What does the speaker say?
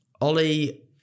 Ollie